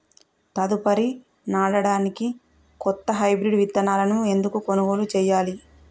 తదుపరి నాడనికి కొత్త హైబ్రిడ్ విత్తనాలను ఎందుకు కొనుగోలు చెయ్యాలి?